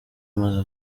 amaze